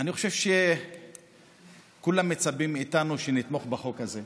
אני חושב שכולם מצפים מאיתנו שנתמוך בחוק הזה,